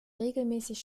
regelmäßig